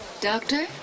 Doctor